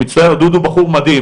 מצטער, דודו בחור מדהים,